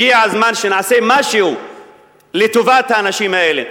הגיע הזמן שנעשה משהו לטובת האנשים האלה.